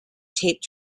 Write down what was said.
taped